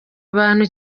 abantu